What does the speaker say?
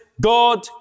God